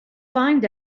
find